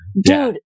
Dude